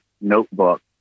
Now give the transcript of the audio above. notebook